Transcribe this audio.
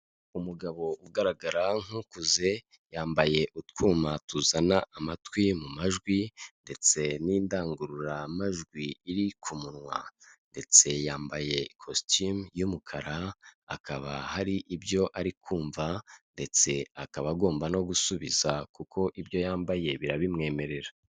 Umugabo ugaragara nk'ukuze yambaye utwuma tuzana amatwi mu majwi ndetse n'indangururamajwi iri ku munwa ndetse yambaye ikositimu y'umukara, hakaba hari ibyo ari kumva ndetse akaba agomba no gusubiza kuko ibyo yambaye birabimwemerera.